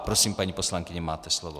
Prosím, paní poslankyně, máte slovo.